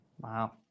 Wow